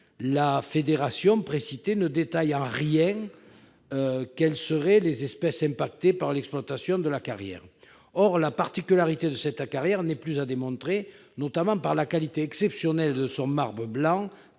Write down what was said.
l'association précitée ne détaille en rien quelles seraient les espèces impactées par l'exploitation de la carrière. Or la particularité de cette carrière n'est plus à démontrer ; la qualité exceptionnelle de son marbre blanc,